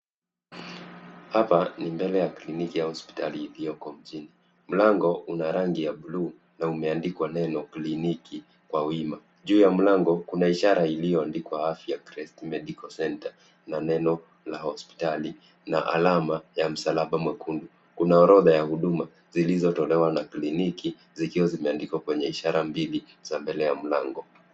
Hapa ni mbele ya kliniki ya hospitali iliyoko mjini. Mlango una rangi ya blue na umeandikwa neno kliniki kwa wima. Juu ya mlango kuna ishara iliyoandikwa Afya Crest Medical Center na neno la hospitali na alama ya msalaba mwekundu. Kuna orodha ya huduma zilizotolewa na kliniki zikiwa zimeandikwa kwenye ishara mbili za mbele ya mlango.